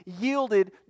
yielded